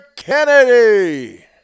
Kennedy